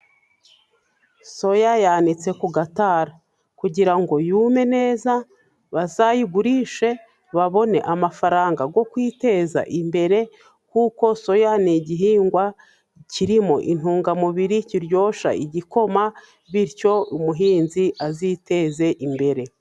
Soya yanitse ku gatara. Kugira ngo yume neza， bazayigurishe babone amafaranga yo kwiteza imbere， kuko soya ni igihingwa kirimo intungamubiri，kiryoshya igikoma， bityo umuhinzi aziteze imbere.